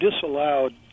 disallowed